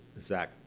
Zach